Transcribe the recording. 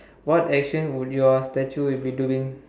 what action would your statue be doing